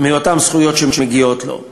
מאותן זכויות שמגיעות לו.